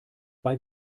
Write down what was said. bei